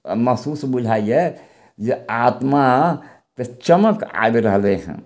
महसूस बुझाइए जे आत्माके चमक आबि रहलइ हँ